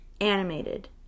animated